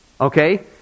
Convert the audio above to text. okay